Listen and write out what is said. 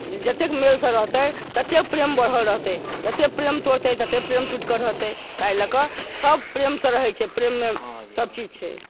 जतेक मेल सँ रहतै तत्ते प्रेम बढ़ल रहतै जते प्रेम तोड़तै तते प्रेम टूटि क रहतै ताइ लए क सब प्रेम सँ रहै छै प्रेम मे सबचीज छै